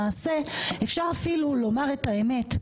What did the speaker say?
למעשה אפשר אפילו לומר את האמת,